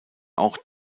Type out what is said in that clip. auch